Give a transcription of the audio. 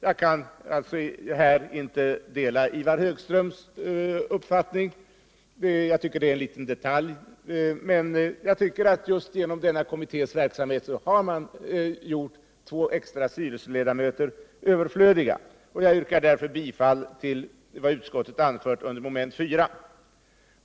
Jag kan alltså inte dela Ivar Högströms uppfattning. Jag tycker att det gäller en liten detalj, men just genom denna kommittés verksamhet får de två extra styrelseledamöterna anses överflödiga. Jag yrkar därför bifall till utskottets hemställan under moment 4.